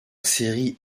série